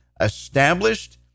established